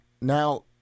now